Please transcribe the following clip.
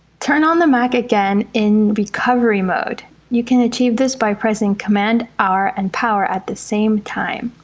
turn on the mac again in recovery mode you can achieve this by pressing command r and power at the same time